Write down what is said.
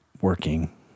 working